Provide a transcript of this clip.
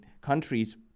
countries